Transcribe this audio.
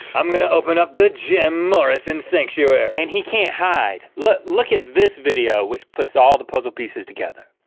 i'm gonna open up the jim morrison. sanctuary. and he can't hide. look look at this video. which puts all the puzzle pieces together.